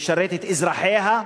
לשרת את אזרחיה,